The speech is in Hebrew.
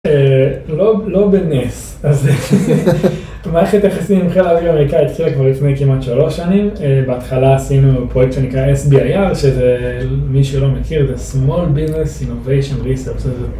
לא בנס, אז מערכת היחסים עם חיל האויר האמריקאי התחילה כבר לפני כמעט 3 שנים, בהתחלה עשינו פרויקט שנקרא SBIR, שזה מי שלא מכיר, זה Small Business Innovation Research.